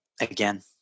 again